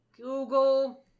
Google